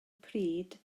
pryd